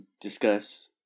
discuss